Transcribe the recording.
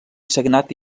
sagnat